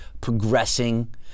progressing